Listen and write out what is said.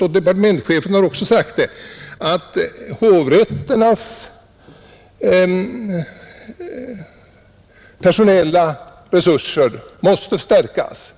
av departementschefen, att hovrätternas personella resurser måste förstärkas.